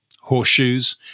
horseshoes